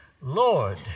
Lord